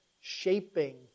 shaping